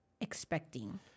expecting